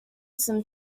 some